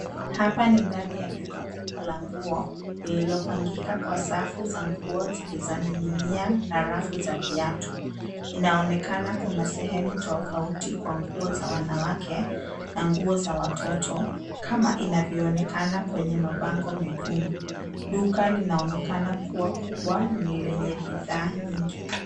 Hapa ni ndani ya duka kubwa la nguo lililopangika kwa safu za nguo zilizoning'inia na rafu za viatu. Inaonekana kuna sehemu tofauti kwa nguo za wanawake na nguo za watoto kama inavyoonekana kwenye mabango mekundu. Duka linaonekana kuwa kubwa na lenye bidhaa nyingi.